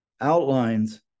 outlines